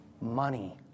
Money